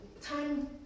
time